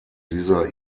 dieser